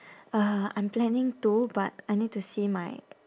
uh I'm planning to but I need to see my